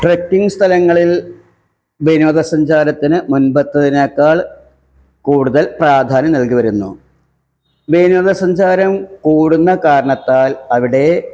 trekking സ്ഥലങ്ങളിൽ വിനോദസഞ്ചാരത്തിന് മുൻമ്പത്തേതിനേക്കാൾ കൂടുതൽ പ്രാധാന്യം നൽകി വരുന്നു വിനോദസഞ്ചാരം കൂടുന്ന കാരണത്താൽ അവിടെ